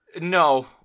No